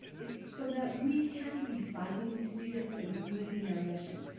so that we can be funding these students and meeting our mission.